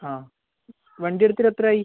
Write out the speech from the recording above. ആ വണ്ടി എടുത്തിട്ട് എത്ര ആയി